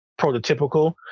prototypical